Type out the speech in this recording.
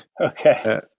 Okay